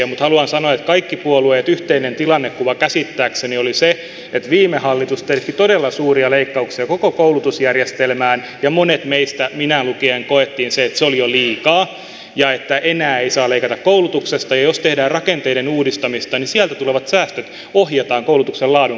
mutta haluan sanoa että kaikkien puolueiden yhteinen tilannekuva käsittääkseni oli se että viime hallitus teetti todella suuria leikkauksia koko koulutusjärjestelmään ja monet meistä minä mukaan lukien kokivat että se oli jo liikaa ja että enää ei saa leikata koulutuksesta ja jos tehdään rakenteiden uudistamista niin sieltä tulevat säästöt ohjataan koulutuksen laadun parantamiseen